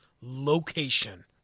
location